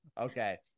Okay